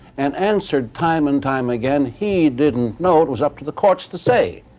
and answered time and time again he didn't know, it was up to the courts to say.